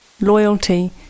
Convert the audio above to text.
loyalty